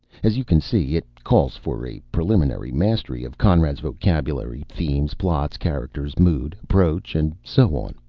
as you can see, it calls for a preliminary mastery of conrad's vocabulary, themes, plots, characters, mood, approach, and so on.